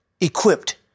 equipped